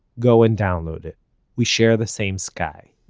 go and download it we share the same sky